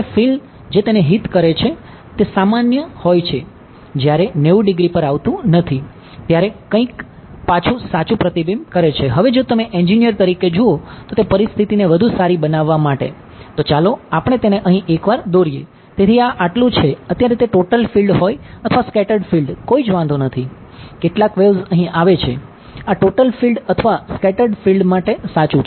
કેટલાક વેવ્ઝ પર શરતો લાગુ કરેલ છે